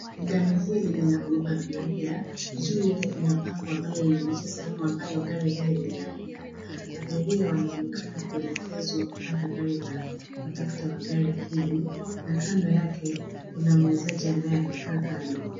Gari hili ni la kubeba abiria, juu yake kuna bango ambalo linaonyesha sehemu ambalo gari hili linaenda. Abiria wanaonekana kuelekezwa kuanda gari na kondakta wa gari hili na kando yake kuna muuzaji ambaye amekaa kando.